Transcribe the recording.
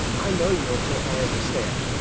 i know you don't think i understand.